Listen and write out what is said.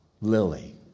Lily